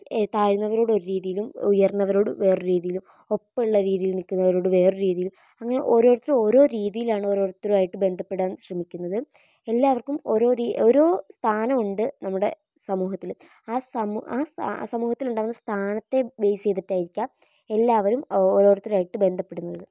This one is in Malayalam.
താഴ്ന്നവരോട് ഒരു രീതിയിലും ഉയർന്നവരോട് വേറൊരു രീതിയിലും ഒപ്പമുള്ള രീതിയിൽ നിൽക്കുന്നവരോട് വേറൊരു രീതിയിലും അങ്ങനെ ഓരോരുത്തര് ഓരോ രീതിയിലാണ് ഒരോരുത്തരുമായിട്ട് ബന്ധപ്പെടാൻ ശ്രമിക്കുന്നത് എല്ലാവർക്കും ഓരോ ഓരോ സ്ഥാനമുണ്ട് നമ്മുടെ സമൂഹത്തിൽ ആ സമൂഹത്തിലുണ്ടാവുന്ന സ്ഥാനത്തെ ബേസ് ചെയ്തിട്ടായിരിക്കാം എല്ലാവരും ഓരോരുത്തരുമായിട്ട് ബന്ധപ്പെടുന്നത്